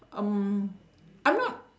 um I'm not